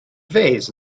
vase